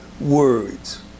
words